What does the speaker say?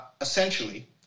essentially